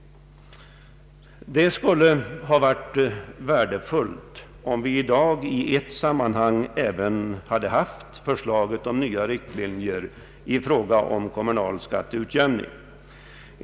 Det skulle ha varit värdefullt om vi i dag i ett sammanhang hade haft möjlighet att ta ställning till förslaget om nya riktlinjer i fråga om kommunal skatteutjämning.